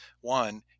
One